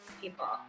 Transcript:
people